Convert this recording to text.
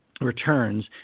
Returns